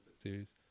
series